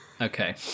Okay